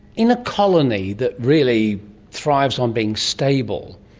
in a colony that really thrives on being stable,